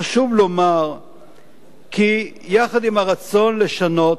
חשוב לומר כי יחד עם הרצון לשנות,